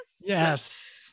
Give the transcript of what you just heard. yes